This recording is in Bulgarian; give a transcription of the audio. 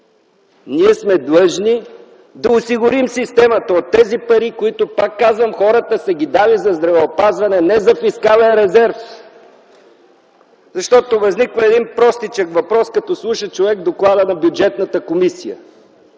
ние сме длъжни да осигурим системата с тези пари, които, пак казвам, хората са дали за здравеопазване – не за фискален резерв! Възниква един простичък въпрос, като слуша човек доклада на Бюджетната комисия: